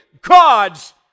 God's